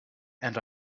and